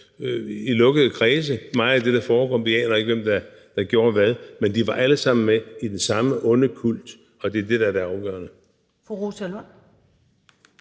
i lukkede kredse, men vi aner ikke, hvem der gjorde hvad. Men de var alle sammen med i den samme onde kult, og det er det, der er det afgørende.